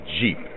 Jeep